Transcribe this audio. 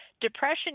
Depression